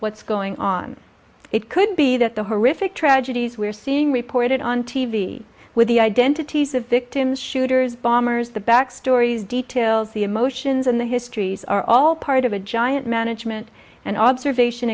what's going on it could be that the horrific tragedies we're seeing reported on t v with the identities of victims shooters bombers the back stories details the emotions and the histories are all part of a giant management and observation